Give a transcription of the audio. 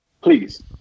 Please